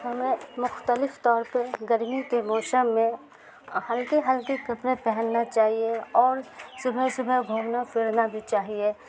ہمیں مختلف طور پہ گرمی کے موسم میں ہلکے ہلکی کپڑے پہننا چاہیے اور صبح صبح گھومنا پھرنا بھی چاہیے